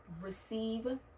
receive